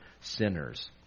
sinners